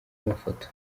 mafoto